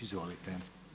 Izvolite.